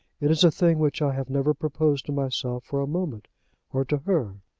it is a thing which i have never proposed to myself for a moment or to her.